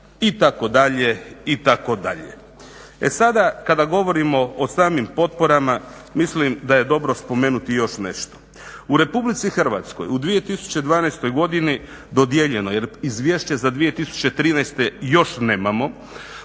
poduzeća itd. itd. E sada govorimo o samim potporama mislim da je dobro spomenuti još nešto. U Republici Hrvatskoj u 2012. godini dodijeljeno je jer Izvješće za 2013. još nemamo.